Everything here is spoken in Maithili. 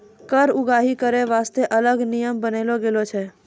कर उगाही करै बासतें अलग नियम बनालो गेलौ छै